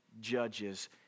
judges